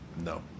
No